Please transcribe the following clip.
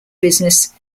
business